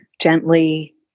gently